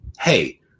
hey